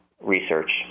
research